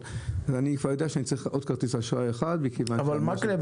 אז אני צריך עוד כרטיס אשראי אחד -- אבל מקלב,